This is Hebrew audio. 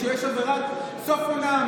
כשיש אווירת סוף עונה,